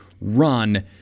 run